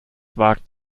wagt